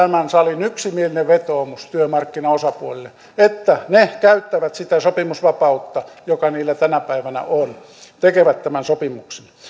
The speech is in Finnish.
tämän salin yksimielinen vetoomus työmarkkinaosapuolille että ne käyttävät sitä sopimusvapautta joka niillä tänä päivänä on tekevät tämän sopimuksen